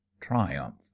triumph